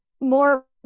more